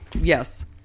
Yes